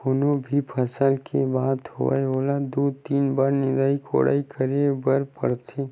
कोनो भी फसल के बात होवय ओला दू, तीन बार निंदई कोड़ई करे बर परथे